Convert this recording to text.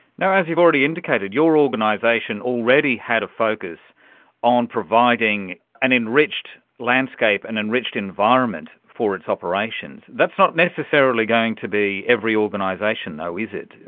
as you've already indicated, your organisation already had a focus on providing an enriched landscape, an enriched environment for its operations. that's not necessarily going to be every organisation though, is it.